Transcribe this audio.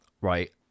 right